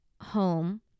home